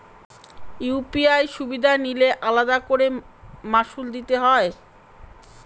UPI সুবিধা নিলে আলাদা করে মাসুল দিতে হয়?